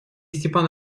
степан